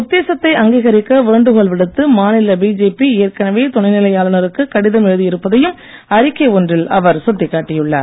உத்தேசத்தை அங்கீகரிக்க வேண்டுகோள் விடுத்து மாநில பிஜேபி ஏற்கனவே துணைநிலை ஆளுனருக்கு கடிதம் எழுதி இருப்பதையும் அறிக்கை ஒன்றில் அவர் சுட்டிக் காட்டியுள்ளார்